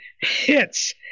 hits